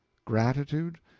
gratitude?